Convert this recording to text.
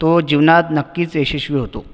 तो जीवनात नक्कीच यशस्वी होतो